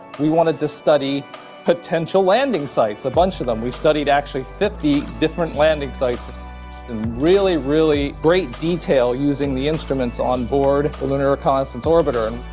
we wanted to study potential landing sites. a bunch of them. we've studied actually fifty different landing sites in really, really great detail using the instruments onboard the lunar reconnaissance orbiter.